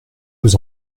vous